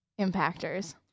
impactors